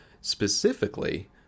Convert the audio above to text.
specifically